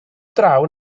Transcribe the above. draw